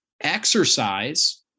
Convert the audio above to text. exercise